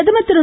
பிரதமர் திரு